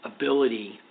ability